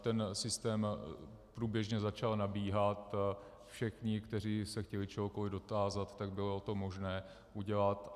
Ten systém průběžně začal nabíhat, všichni, kteří se chtěli čehokoliv dotázat, tak to bylo možné udělat.